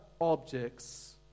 objects